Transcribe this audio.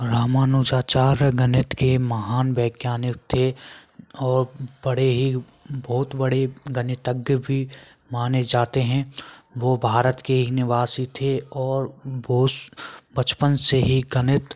रामानुजाचार्य गणित के महान वैज्ञानिक थे और बड़े ही बहुत बड़े गणितज्ञ भी माने जाते हैं वो भारत के ही निवासी थे और बहुत बचपन से ही गाणित